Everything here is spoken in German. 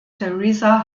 teresa